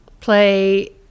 Play